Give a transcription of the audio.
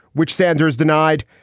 which sanders denied.